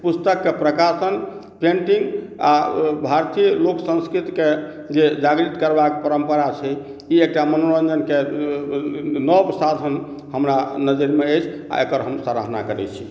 पुस्तकके प्रकाशन पेन्टिंग आ भरतीय लोक संस्कृतिके जे जागृत करबाके परम्परा छै ई एकटा मनोरञ्जनकेँ नव साधन हमरा नजरिमे अछि आ एकर हम सराहना करैत छी